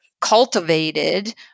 cultivated